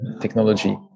technology